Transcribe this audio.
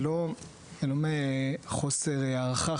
זה לא מחוסר הערכה,